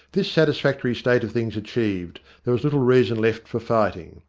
this satisfactory state of things achieved, there was little reason left for fighting.